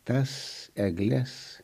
tas egles